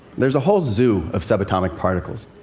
there's a whole zoo of subatomic particles.